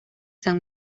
san